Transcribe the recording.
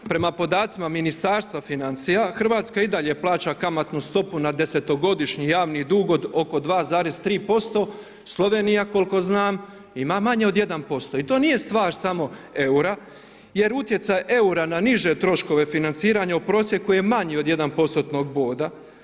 Prema podacima Ministarstva financija, Hrvatska i dalje plaća kamatnu stopu na desetogodišnji javni dug od oko 2,3% Slovenija koliko znam ima manje od 1% i to nije stvar samo eura, jer utjecaj eura na niže troškove financiranja u prosjeku je manji od 1% boda.